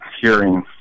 hearing